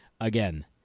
again